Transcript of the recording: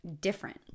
different